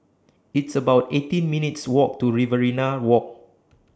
It's about eighteen minutes' Walk to Riverina Walk